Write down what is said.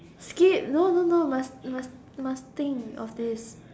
skip no no no must must must think of this